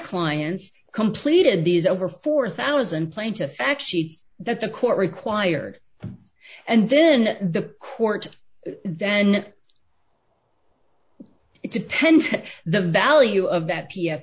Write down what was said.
clients completed these over four thousand plaintiff actions that the court required and then the court then it depends on the value of that p